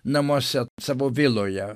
namuose savo viloje